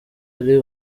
ari